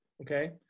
okay